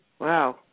Wow